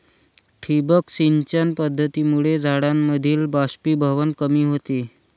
ठिबक सिंचन पद्धतीमुळे झाडांमधील बाष्पीभवन कमी होते